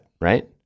right